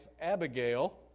Abigail